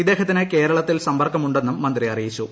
ഇദ്ദേഹത്തിന് കേരളത്തിൽ സമ്പർക്കമുണ്ടെന്നും മന്ത്രി അറിയിച്ചു